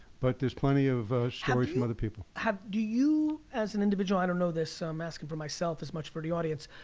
but there's plenty of stories from other people. do you, as an individual, i don't know this, so i'm asking for myself as much for the audience.